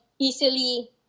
easily